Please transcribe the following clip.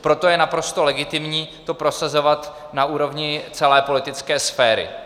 Proto je naprosto legitimní to prosazovat na úrovni celé politické sféry.